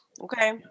okay